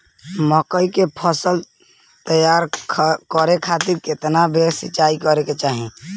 मकई के फसल तैयार करे खातीर केतना बेर सिचाई करे के चाही?